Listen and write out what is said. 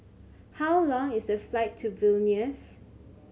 how long is the flight to Vilnius